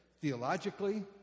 theologically